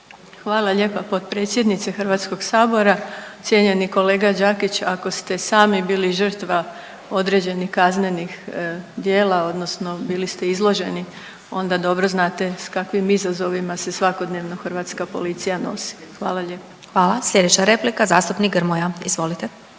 Hvala lijepa potpredsjednice Hrvatskog sabora. Cijenjeni kolega Đakić ako ste sami bili žrtva određenih kaznenih djela, odnosno bili ste izloženi, onda dobro znate sa kakvim izazovima se svakodnevno hrvatska policija nosi. Hvala lijepa. **Glasovac, Sabina (SDP)** Hvala. Sljedeća replika zastupnik Grmoja, izvolite.